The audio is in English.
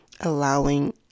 allowing